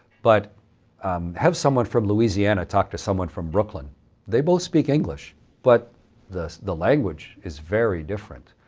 but have someone from louisiana talk to someone from brooklyn they both speak english but the the language is very different.